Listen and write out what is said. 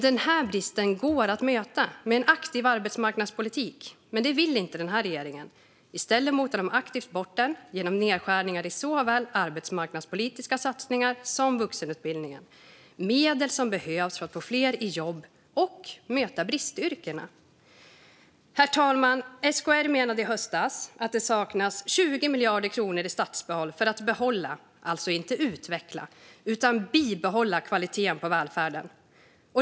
Den bristen går att möta med aktiv arbetsmarknadspolitik. Men det vill inte den här regeringen. I stället motar man aktivt bort den genom nedskärningar i såväl arbetsmarknadspolitiska satsningar som vuxenutbildningen och de medel som behövs för att få fler i jobb och möta bristyrkena. Herr talman! SKR menade i höstas att det saknades 20 miljarder kronor i statsbidrag för att behålla, alltså inte utveckla utan bibehålla, kvaliteten i välfärden.